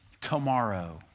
tomorrow